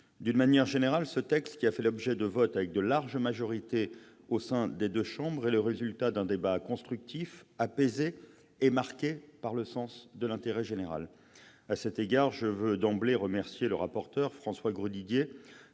D'une manière générale, ce projet de loi, qui a recueilli une large majorité au sein des deux chambres, est le résultat d'un débat constructif, apaisé et marqué par le sens de l'intérêt général. À cet égard, je veux d'emblée remercier le rapporteur, François Grosdidier,